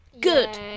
Good